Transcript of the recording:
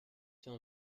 fais